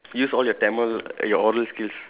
use all your Tamil your oral skills